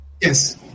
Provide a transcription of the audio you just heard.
Yes